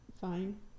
fine